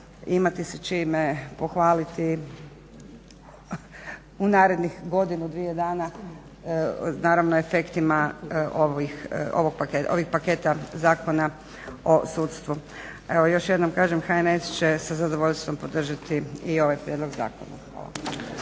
imati se čime pohvaliti u narednih godinu, dvije dana naravno efektima ovih paketa Zakona o sudstvu. Evo još jednom kažem HNS će sa zadovoljstvom podržati i ovaj prijedlog zakona.